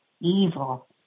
evil